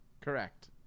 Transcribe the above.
Correct